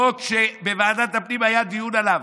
חוק שבוועדת הפנים היה דיון עליו: